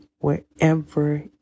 wherever